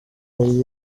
abaye